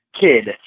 kid